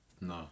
No